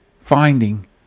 finding